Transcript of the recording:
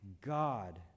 God